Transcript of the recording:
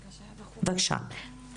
בבקשה.